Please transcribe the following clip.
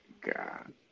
God